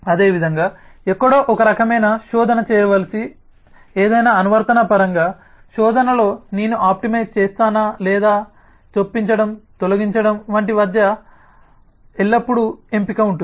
అదేవిధంగా ఎక్కడో ఒక రకమైన శోధన చేయవలసిన ఏదైనా అనువర్తనం పరంగా శోధనలో నేను ఆప్టిమైజ్ చేస్తానా లేదా చొప్పించడం తొలగించడం వంటి వాటి మధ్య ఎల్లప్పుడూ ఎంపిక ఉంటుంది